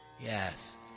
Yes